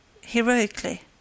Heroically